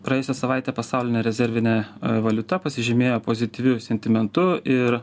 praėjusią savaitę pasaulinė rezervinė valiuta pasižymėjo pozityviu sentimentu ir